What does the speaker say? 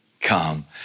come